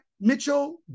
Mitchell